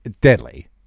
deadly